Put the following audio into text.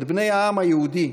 את בני העם היהודי,